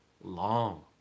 long